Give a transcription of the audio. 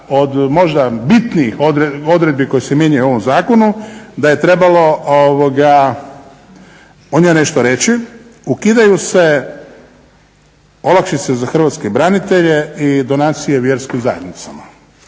od možda bitnijih odredbi koje se mijenjaju u ovom zakonu da je trebalo o njoj nešto reći. Ukidaju se olakšice za hrvatske branitelje i donacije vjerskih zajednicama.